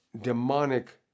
demonic